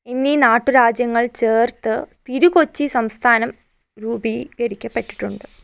എന്നീ നാട്ടു രാജ്യങ്ങൾ ചേർത്ത് തിരുകൊച്ചി സംസ്ഥാനം രൂപീകരിക്കപ്പെട്ടിട്ടുണ്ട്